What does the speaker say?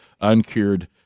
uncured